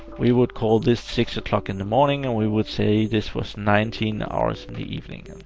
we would call this six o'clock in the morning, and we would say this was nineteen hours in the evening. and